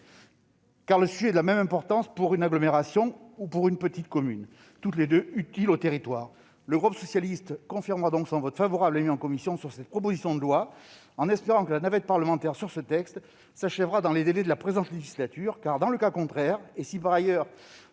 le sujet est de la même importance pour une agglomération ou pour une petite commune, et toutes deux sont utiles à nos territoires. Le groupe socialiste confirmera donc le vote favorable qu'il a eu en commission sur cette proposition de loi, en espérant que la navette parlementaire sur ce texte s'achèvera dans les délais de la présente législature. En effet, si tel n'était pas le